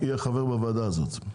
יהיה חבר בוועדה הזאת,